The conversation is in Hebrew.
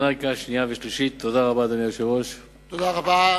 עד יום 31 בדצמבר 2009,